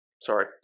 Sorry